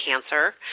Cancer